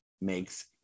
makes